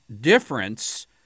difference